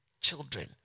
children